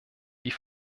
die